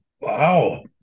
Wow